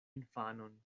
infanon